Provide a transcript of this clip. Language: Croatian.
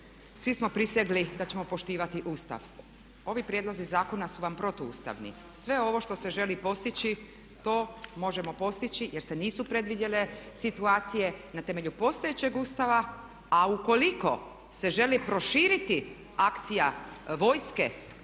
svi smo prisegli da ćemo poštivati Ustav. Ovi prijedlozi zakona su vam protuustavni. Sve ovo što se želi postići to možemo postići jer se nisu predvidjele situacije na temelju postojećeg Ustava, a ukoliko se želi proširiti akcija vojske